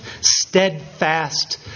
steadfast